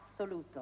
assoluto